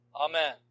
Amen